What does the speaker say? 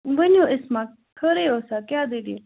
ؤنِو اِسمَت خٲرٕے اوسا کیٛاہ دٔلیٖل